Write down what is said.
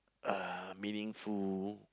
uh meaningful